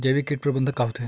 जैविक कीट प्रबंधन का होथे?